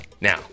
Now